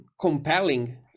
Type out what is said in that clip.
compelling